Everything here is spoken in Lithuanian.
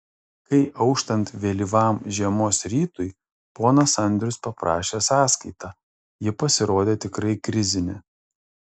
kai auštant vėlyvam žiemos rytui ponas andrius paprašė sąskaitą ji pasirodė tikrai krizinė